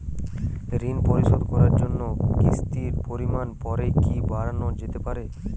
ঋন পরিশোধ করার জন্য কিসতির পরিমান পরে কি বারানো যেতে পারে?